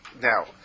Now